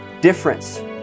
difference